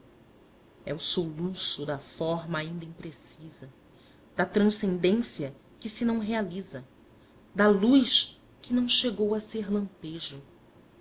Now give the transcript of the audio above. é o soluço da forma ainda imprecisa da transcendência que se não realiza da luz que não chegou a ser lampejo